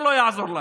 זה לא יעזור להם.